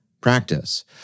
practice